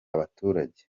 baturage